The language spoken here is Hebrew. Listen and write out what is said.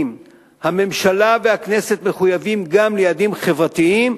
הממשלה והכנסת מחויבות גם ליעדים חברתיים,